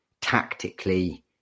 tactically